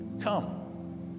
come